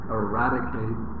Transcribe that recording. eradicate